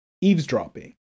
eavesdropping